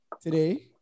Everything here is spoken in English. today